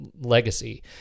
legacy